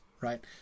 right